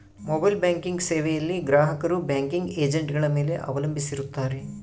mobile banking ಸೇವೆಯಲ್ಲಿ ಗ್ರಾಹಕರು banking ಏಜೆಂಟ್ಗಳ ಮೇಲೆ ಅವಲಂಬಿಸಿರುತ್ತಾರ